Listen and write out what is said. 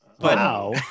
Wow